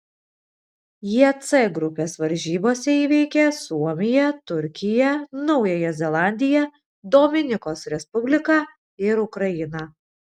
jie c grupės varžybose įveikė suomiją turkiją naująją zelandiją dominikos respubliką ir ukrainą